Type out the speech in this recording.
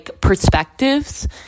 perspectives